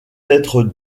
être